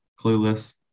Clueless